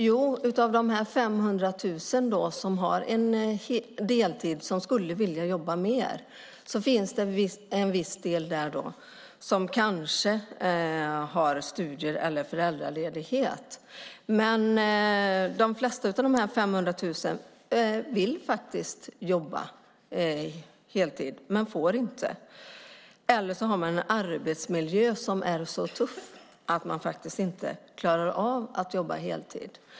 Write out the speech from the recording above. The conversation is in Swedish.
Bland de 500 000 som har deltid finns det kanske en del som har studier eller föräldraledighet också, men de flesta av dem vill faktiskt arbeta heltid men får inte eller har en arbetsmiljö som är så tuff att man inte klarar av att jobba heltid.